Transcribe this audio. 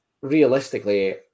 Realistically